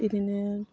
बिदिनो